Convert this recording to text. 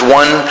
one